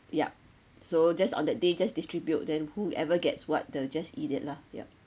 yup so just on that day just distribute then whoever gets what the just eat it lah yup